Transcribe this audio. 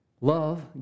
Love